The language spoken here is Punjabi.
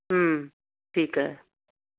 ਠੀਕ ਹੈ